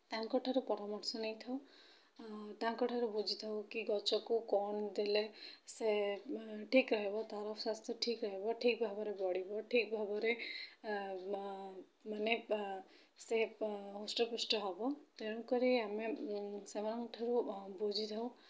ତାଙ୍କଠାରୁ ପରାମର୍ଶ ନେଇଥାଉ ତାଙ୍କଠାରୁ ବୁଝିଥାଉ କି ଗଛକୁ କ'ଣ ଦେଲେ ସେ ଠିକ୍ ରହିବ ତା'ର ସ୍ୱାସ୍ଥ୍ୟ ଠିକ୍ ରହିବ ଠିକ୍ ଭାବରେ ବଢ଼ିବ ଠିକ୍ ଭାବରେ ମାନେ ସେ ହୃଷ୍ଟପୃଷ୍ଟ ହବ ତେଣୁ କରି ଆମେ ସେମାନଙ୍କଠାରୁ ବୁଝିଥାଉ